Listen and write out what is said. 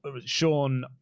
sean